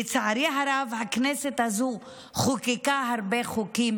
לצערי הרב, הכנסת הזו חוקקה הרבה חוקים